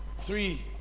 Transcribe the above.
three